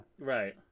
Right